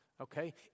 okay